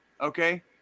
Okay